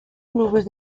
clubes